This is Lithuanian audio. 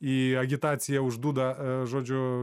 į agitaciją už dūdą žodžiu